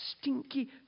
stinky